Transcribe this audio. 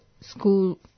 school